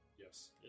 Yes